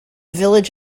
village